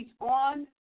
on